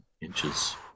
inches